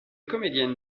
comedian